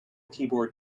keyboard